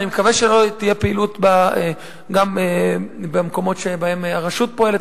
ואני מקווה שלא תהיה פעילות גם במקומות שבהם הרשות פועלת,